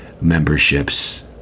memberships